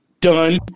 Done